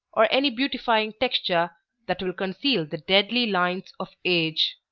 or any beautifying texture that will conceal the deadly lines of age.